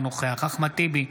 אינו נוכח אחמד טיבי,